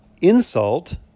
insult